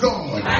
God